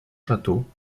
châteaux